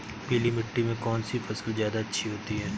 पीली मिट्टी में कौन सी फसल ज्यादा अच्छी होती है?